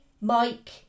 Mike